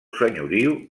senyoriu